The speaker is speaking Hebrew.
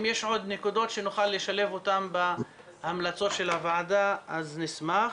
אם יש עוד נקודות שנוכל לשלב אותן בהמלצות של הוועדה נשמח.